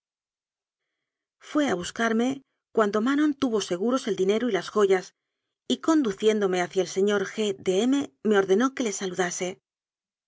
fué a buscarme cuando manon tuvo seguros el dinero y las joyas y conduciéndome hacia el se ñor g de m me ordenó que le saludase